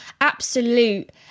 absolute